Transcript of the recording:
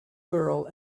girl